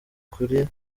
kure